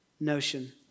notion